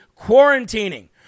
quarantining